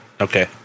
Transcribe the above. Okay